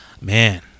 Man